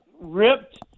ripped